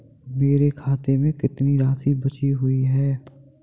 मेरे खाते में कितनी राशि बची हुई है?